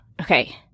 okay